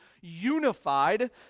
unified